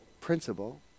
principle